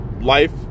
life